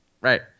Right